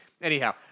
Anyhow